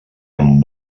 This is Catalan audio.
amb